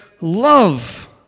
love